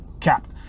capped